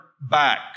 back